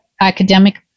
academic